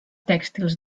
tèxtils